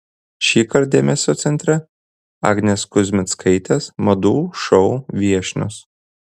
šįkart dėmesio centre agnės kuzmickaitės madų šou viešnios